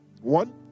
one